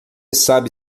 sabe